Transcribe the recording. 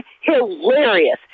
hilarious